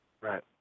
right